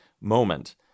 moment